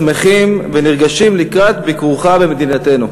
שמחים ונרגשים לקראת ביקורך במדינתנו.